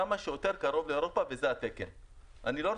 איך